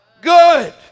Good